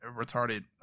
retarded